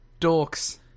Dorks